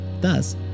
Thus